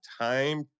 time